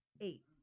Eight